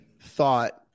thought